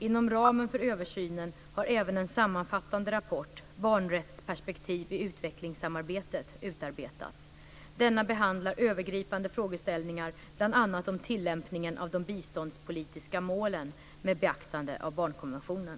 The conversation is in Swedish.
Inom ramen för översynen har även en sammanfattande rapport, Barnrättsperspektiv i utvecklingssamarbetet, utarbetats. Denna behandlar övergripande frågeställningar, bl.a. om tillämpningen av de biståndspolitiska målen med beaktande av barnkonventionen.